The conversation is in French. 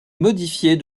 modifiée